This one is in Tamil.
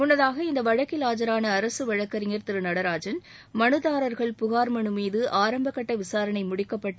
முன்னதாக இந்த வழக்கில் ஆஜரான அரசு வழக்கறிஞர் திரு நடராஜன் மனுதாரா்கள் புகா் மலு மீது ஆரம்பகட்ட விசாரணை முடிக்கப்பட்டு